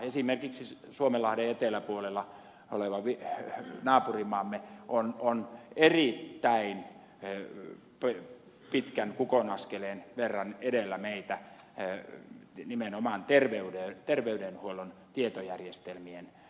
esimerkiksi suomenlahden eteläpuolella oleva naapurimaamme on erittäin pitkän kukonaskeleen verran edellä meitä nimenomaan terveydenhuollon tietojärjestelmien kehittämisessä